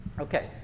okay